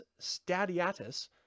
Stadiatus